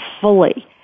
fully